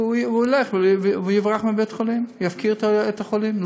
והוא יברח מבית-החולים, יפקיר את החולים.